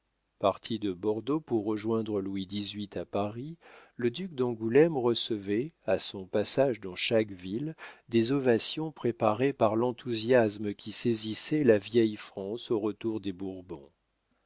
parti de bordeaux pour rejoindre louis xviii à paris le duc d'angoulême recevait à son passage dans chaque ville des ovations préparées par l'enthousiasme qui saisissait la vieille france au retour des bourbons